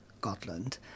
Gotland